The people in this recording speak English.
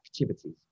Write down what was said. activities